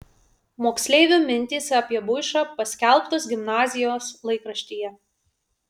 moksleivių mintys apie buišą paskelbtos gimnazijos laikraštyje